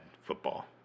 football